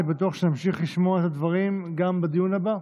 אני בטוח שנמשיך לשמוע את הדברים גם בדיון הבא.